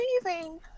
amazing